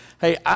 Hey